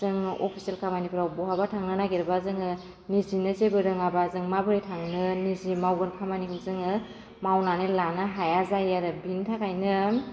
जों अफिसियेल खामानिफोराव बहाबा थांनो नागेरबा जोङो निजिनो जेबो रोङाबा जों माबोरै थांनो निजि मावगोन खामानिखौ जोङो मावनानै लानो हाया जायो आरो बेनि थाखायनो